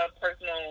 personal